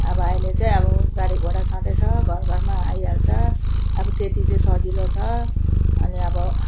अब अहिले चाहिँ अब गाडीघोडा छँदैछ घरघरमा आइहाल्छ अब त्यति चाहिँ सजिलो छ अनि अब